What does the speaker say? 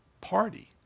party